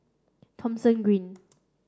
Thomson Green